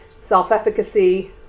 self-efficacy